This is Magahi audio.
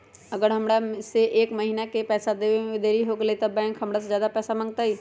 अगर हमरा से एक महीना के पैसा देवे में देरी होगलइ तब बैंक हमरा से ज्यादा पैसा मंगतइ?